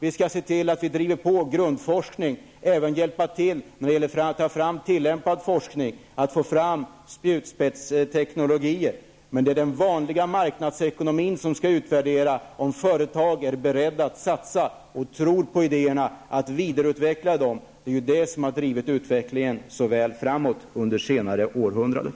Vi skall se till att vi driver på grundforskningen och hjälper till att ta fram tillämpad forskning, dvs. få fram spjutspetsteknologier. Men det är den vanliga marknadsekonomin som skall få göra utvärderingen om företag är beredda att satsa, tro på idéerna och vidareutveckla dem. Det är det som har drivit utvecklingen så väl framåt under senare århundraden.